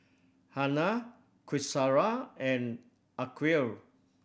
Hana Qaisara and Aqil